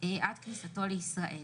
עד כניסתו לישראל.